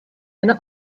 eine